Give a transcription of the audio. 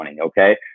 Okay